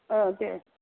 औ दे